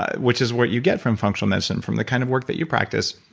which is what you get from functional medicine, from the kind of work that you practice,